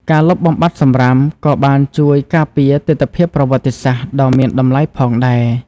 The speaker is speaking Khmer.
ការលុបបំបាត់សំរាមក៏បានជួយការពារទិដ្ឋភាពប្រវត្តិសាស្ត្រដ៏មានតម្លៃផងដែរ។